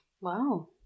Wow